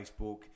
Facebook